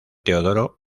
teodoro